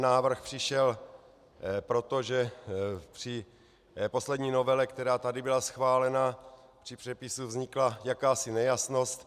Návrh přišel proto, že při poslední novele, která tady byla schválena, při přepisu vznikla jakási nejasnost.